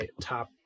top